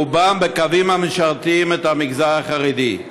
רובם בקווים המשרתים את המגזר החרדי.